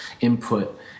input